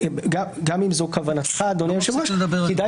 גם אם זו כוונתך אדוני היושב ראש שכדאי